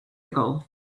ago